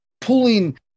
pulling